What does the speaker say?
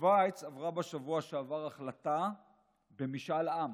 בשווייץ עברה בשבוע שעבר החלטה במשאל עם